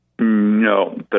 No